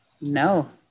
no